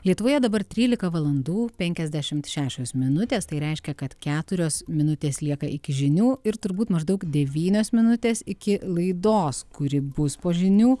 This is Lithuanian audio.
lietuvoje dabar trylika valandų penkiasdešimt šešios minutės tai reiškia kad keturios minutės lieka iki žinių ir turbūt maždaug devynios minutės iki laidos kuri bus po žinių